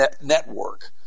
network